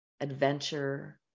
adventure